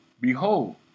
Behold